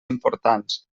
importants